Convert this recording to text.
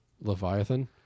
Leviathan